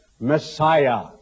Messiah